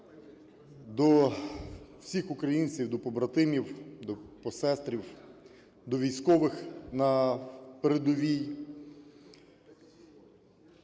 до всіх українців, до побратимів, до посестрів, до військових на передовій,